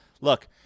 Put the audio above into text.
look